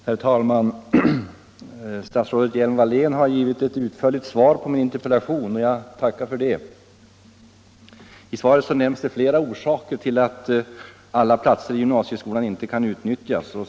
Herr talman! Statsrådet Hjelm-Wallén har givit ett utförligt svar på min interpellation, och jag tackar för det. I svaret nämns flera orsaker till att alla platser i gymnasieskolan inte kan utnyttjas.